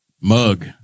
mug